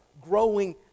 growing